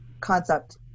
concept